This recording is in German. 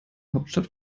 hauptstadt